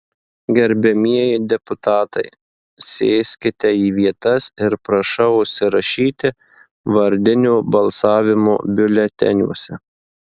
gerbiamieji deputatai sėskite į vietas ir prašau užsirašyti vardinio balsavimo biuleteniuose